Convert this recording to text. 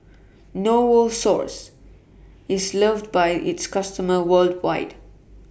Novosource IS loved By its customers worldwide